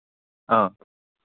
অঁ